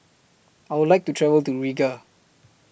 I Would like to travel to Riga